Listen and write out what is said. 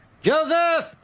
Joseph